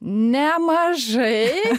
ne mažai